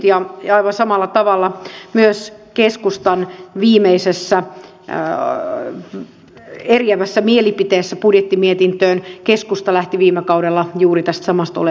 aivan samalla tavalla myös keskustan viimeisessä eriävässä mielipiteessä budjettimietintöön keskusta lähti viime kaudella juuri tästä samasta oletuksesta